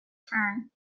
turn